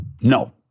no